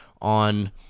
on